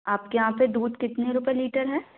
आपके यहाँ पे दूध कितने रुपए लीटर है